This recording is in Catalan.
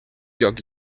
lloc